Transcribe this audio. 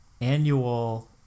annual